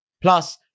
Plus